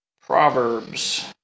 Proverbs